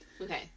Okay